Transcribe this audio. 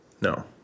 No